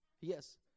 yes